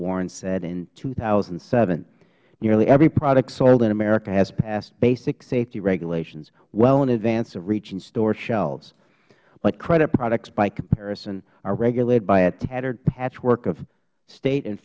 warren said in two thousand and seven nearly every product sold in america has passed basic safety regulations well in advance of reaching store shelves but credit products by comparison are regulated by a tattered patchwork of state and